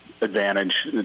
advantage